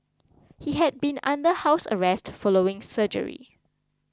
he had been under house arrest following surgery